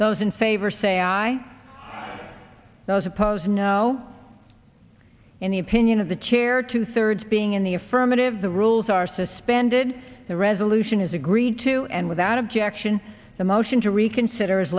those in favor say aye those opposed no in the opinion of the chair two thirds being in the affirmative the rules are suspended the resolution is agreed to and without objection the motion to reconsider